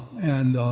and